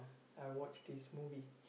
I watch this movie